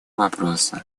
вопросу